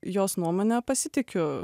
jos nuomone pasitikiu